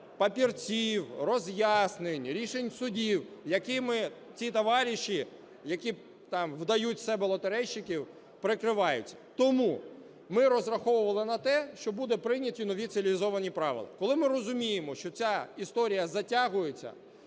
папірців, роз'яснень, рішень судів, якими ці товариші, які там вдають з себе лотерейщиків, прикриваються. Тому ми розраховували на те, що будуть прийняті нові, цивілізовані правила. Коли ми розуміємо, що ця історія затягується,